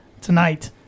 tonight